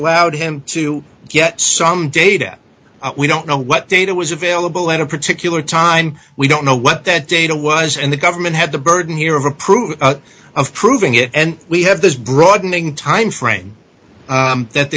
allowed him to get some data we don't know what data was available at a particular time we don't know what that data was and the government had the burden here of a proof of proving it and we have this broadening time frame that